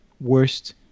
worst